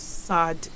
sad